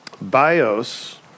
Bios